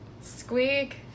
Squeak